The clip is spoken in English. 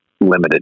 limited